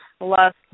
Last